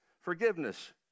forgiveness